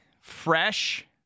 Fresh